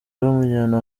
bamujyana